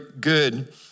good